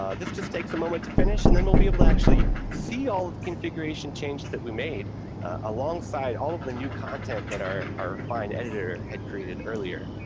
um this just takes a moment to finish, and then we'll be able to actually see all of the configuration changes that we made alongside all of the new content that our our fine editor had created earlier.